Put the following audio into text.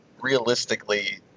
realistically